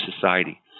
society